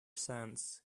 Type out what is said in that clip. sands